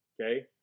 okay